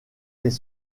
les